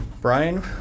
brian